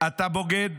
"אתה בוגד",